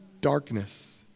darkness